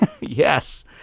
Yes